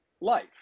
life